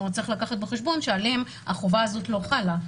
צריך לקחת בחשבון שעליהם החובה הזו לא חלה.